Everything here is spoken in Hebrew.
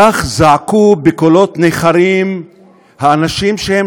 כך זעקו בקולות ניחרים האנשים שהם